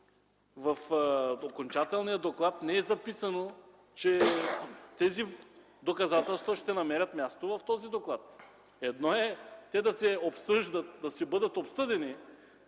в окончателния доклад не е записано, че тези доказателства ще намерят място в този доклад. Едно е те да бъдат обсъдени